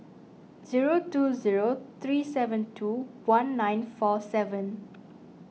zero two zero three seven two one nine four seven